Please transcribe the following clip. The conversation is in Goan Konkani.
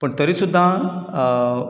पण तरी सुद्दां